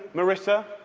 marissa,